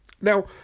Now